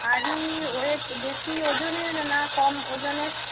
ভারী ওয়েট বেশি ওজনের না কম ওজনের